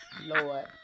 Lord